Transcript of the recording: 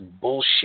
bullshit